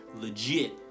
legit